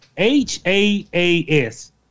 H-A-A-S